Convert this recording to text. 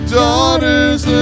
daughters